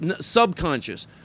subconscious